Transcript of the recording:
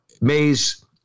Mays